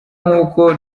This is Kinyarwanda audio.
nkuko